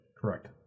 Correct